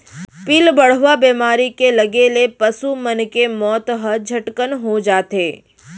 पिलबढ़वा बेमारी के लगे ले पसु मन के मौत ह झटकन हो जाथे